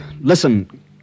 Listen